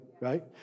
right